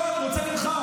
לא, אני רוצה ממך.